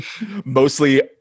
mostly